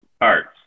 Arts